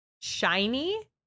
shiny